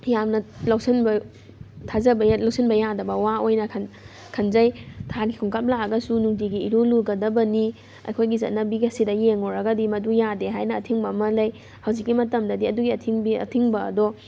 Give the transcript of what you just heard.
ꯌꯥꯝꯅ ꯂꯧꯁꯟꯕ ꯊꯥꯖꯕ ꯂꯧꯁꯟꯕ ꯌꯥꯗꯕ ꯋꯥ ꯑꯣꯏꯅ ꯈꯟꯖꯩ ꯊꯥꯒꯤ ꯈꯣꯡꯀꯥꯞ ꯂꯥꯛꯑꯒꯁꯨ ꯅꯨꯡꯇꯤꯒꯤ ꯏꯔꯨ ꯂꯨꯒꯗꯕꯅꯤ ꯑꯩꯈꯣꯏꯒꯤ ꯆꯠꯅꯕꯤ ꯑꯁꯤꯗ ꯌꯦꯡꯉꯨꯔꯒꯗꯤ ꯃꯗꯨ ꯌꯥꯗꯦ ꯍꯥꯏꯅ ꯑꯊꯤꯡꯕ ꯑꯃ ꯂꯩ ꯍꯧꯖꯤꯛꯀꯤ ꯃꯇꯝꯗꯗꯤ ꯑꯗꯨꯒꯤ ꯑꯊꯤꯡꯕꯤ ꯑꯊꯤꯡꯕ ꯑꯗꯣ